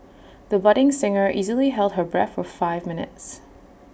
the budding singer easily held her breath for five minutes